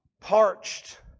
parched